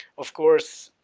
of course,